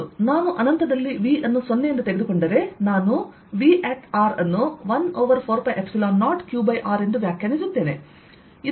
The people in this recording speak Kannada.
ನಾನು ಅನಂತದಲ್ಲಿ V ಅನ್ನು 0 ಎಂದು ತೆಗೆದುಕೊಂಡರೆ ನಾನು V ಅನ್ನು1 ಓವರ್4π0 qr ಎಂದು ವ್ಯಾಖ್ಯಾನಿಸುತ್ತೇನೆ